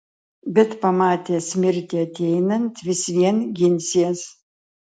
bet pamatęs mirtį ateinant vis vien ginsies